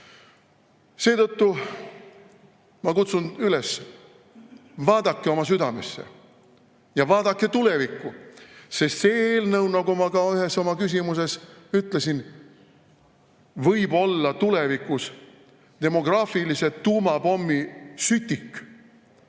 aru. Seetõttu ma kutsun üles: vaadake oma südamesse. Ja vaadake tulevikku, sest see eelnõu, nagu ma ühes oma küsimuses ütlesin, võib olla tulevikus demograafilise tuumapommi sütik.